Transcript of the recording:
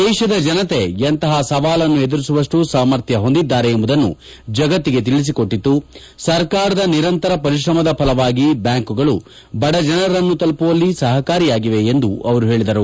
ದೇಶದ ಜನತೆ ಎಂತಹ ಸವಾಲನ್ನೂ ಎದುರಿಸುವಷ್ಟು ಸಾಮರ್ಥ್ಲ ಹೊಂದಿದ್ದಾರೆ ಎಂಬುದನ್ನು ಜಗತ್ತಿಗೆ ತಿಳಿಸಿಕೊಟ್ಟಿತು ಸರ್ಕಾರದ ನಿರಂತರ ಪರಿಶ್ರಮದ ಫಲವಾಗಿ ಬ್ಲಾಂಕ್ಗಳು ಬಡಜನರನ್ನು ತಲುಪುವಲ್ಲಿ ಸಹಕಾರಿಯಾಗಿದೆ ಎಂದು ಅವರು ಹೇಳಿದರು